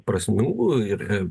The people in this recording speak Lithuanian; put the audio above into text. prasmingų ir